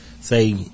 say